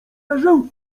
leżę